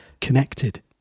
connected